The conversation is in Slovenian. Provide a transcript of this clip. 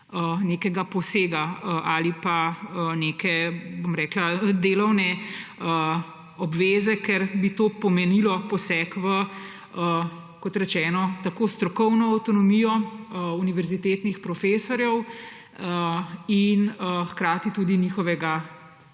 nekega posega ali pa neke delovne obveze, ker bi to pomenilo poseg v, kot rečeno, tako strokovno avtonomijo univerzitetnih profesorjev in hkrati tudi njihovega